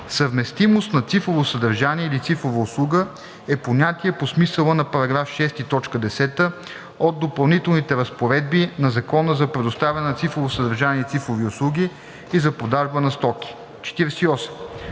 „Съвместимост на цифрово съдържание или цифрова услуга“ е понятие по смисъла на § 6, т. 10 от допълнителните разпоредби на Закона за предоставяне на цифрово съдържание и цифрови услуги и за продажба на стоки. 48.